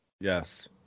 Yes